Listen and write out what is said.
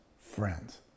friends